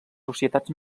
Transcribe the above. societats